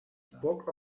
spoke